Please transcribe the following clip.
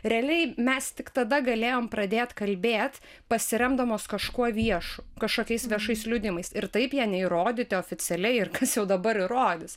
realiai mes tik tada galėjom pradėt kalbėt pasiremdamos kažkuo viešu kažkokiais viešais liudijimais ir taip jie neįrodyti oficialiai ir kas jau dabar įrodys